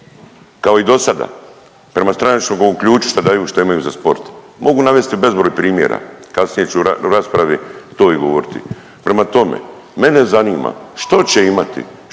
Kao i do sada prema stranačkom ključu šta daju, šta imaju za sport. Mogu navesti bezbroj primjera. Kasnije ću u raspravi to i govoriti. Prema tome, mene zanima što će imati